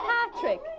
Patrick